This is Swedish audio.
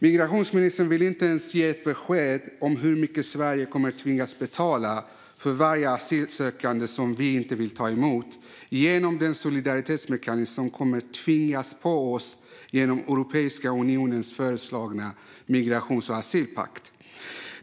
Migrationsministern vill inte ens ge besked om hur mycket Sverige kommer att tvingas betala för varje asylsökande som vi inte vill ta emot genom den solidaritetsmekanism som kommer att tvingas på oss genom Europeiska unionens föreslagna migrations och asylpakt.